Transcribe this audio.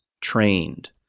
trained